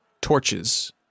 torches